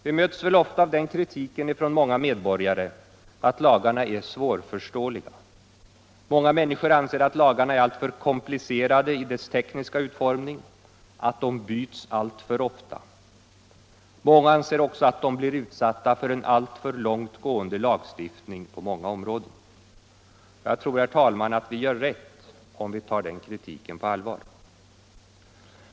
Vi möts ofta av den kritiken från många medborgare att lagarna är svårförståeliga. Många människor anser att lagarna är alltför komplicerade i sin tekniska utformning och att de byts alltför ofta. Många anser sig bli utsatta för en alltför långt gående lagstiftning på åtskilliga områden. Jag tror, herr talman, att vi gör rätt om vi tar den kritiken på allvar.